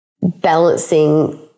balancing